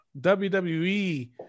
WWE